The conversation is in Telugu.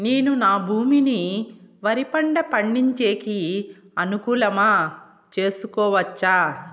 నేను నా భూమిని వరి పంట పండించేకి అనుకూలమా చేసుకోవచ్చా?